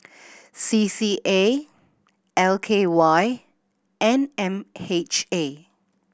C C A L K Y and M H A